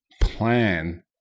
plan